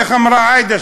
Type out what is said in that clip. איך אמרה עאידה?